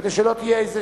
כדי שלא תהיה איזו